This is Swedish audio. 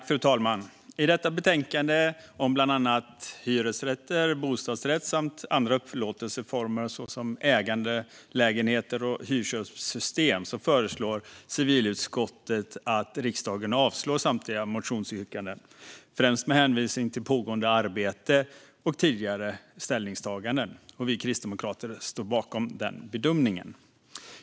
Fru talman! I detta betänkande om bland annat hyresrätt, bostadsrätt och andra upplåtelseformer såsom ägarlägenheter och hyrköpsystem föreslår civilutskottet att riksdagen avslår samtliga motionsyrkanden, främst med hänvisning till pågående arbete och tidigare ställningstaganden. Vi kristdemokrater står bakom denna bedömning.